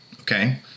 Okay